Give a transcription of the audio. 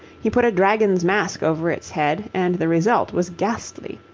he put a dragon's mask over its head, and the result was ghastly.